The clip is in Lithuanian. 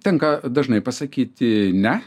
tenka dažnai pasakyti ne